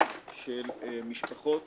של משפחות